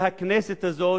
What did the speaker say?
שהכנסת הזאת